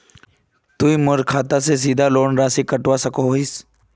तुई सीधे मोर खाता से लोन राशि कटवा सकोहो हिस?